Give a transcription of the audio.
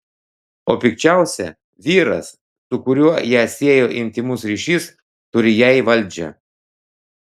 o pikčiausia vyras su kuriuo ją siejo intymus ryšys turi jai valdžią